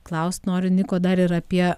klaust noriu niko dar ir apie